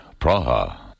Praha